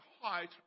height